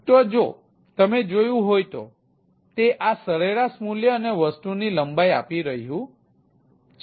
તો જો તમે જોયું હોય તો તે આ સરેરાશ મૂલ્ય અને વસ્તુની લંબાઈ આપી રહ્યું છે